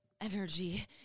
energy